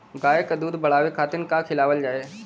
गाय क दूध बढ़ावे खातिन का खेलावल जाय?